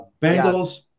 Bengals